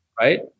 Right